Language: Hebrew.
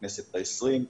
הכנסת העשרים,